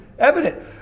Evident